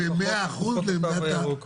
פחות לתו הירוק.